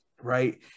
right